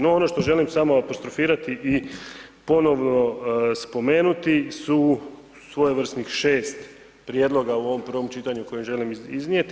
No ono što želim samo apostrofirati i ponovno spomenuti su svojevrsnih 6 prijedloga u ovom prvom čitanju koje želim iznijeti.